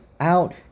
out